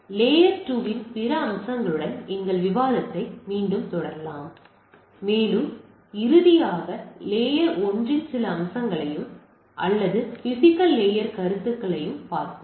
layer 2 இன் பிற அம்சங்களுடன் எங்கள் விவாதத்தைத் தொடருவோம் மேலும் இறுதியாக லேயர் ஒன்றின் சில அம்சங்களையும் அல்லது பிஸிக்கல் லாயர் கருத்தாய்வுகளையும் பார்ப்போம்